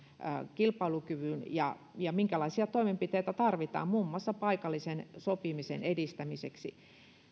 kilpailukyvyn ja ja minkälaisia toimenpiteitä tarvitaan muun muassa paikallisen sopimisen edistämiseksi